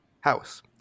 house